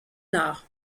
nord